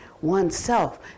oneself